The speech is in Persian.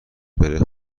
بره